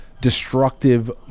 destructive